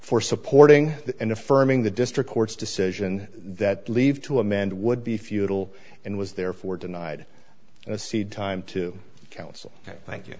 for supporting and affirming the district court's decision that leave to amend would be futile and was therefore denied and the seed time to counsel thank you